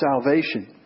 salvation